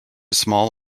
small